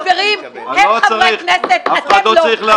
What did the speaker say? חברות וחברים --- חברים, הם חברי כנסת, אתם לא.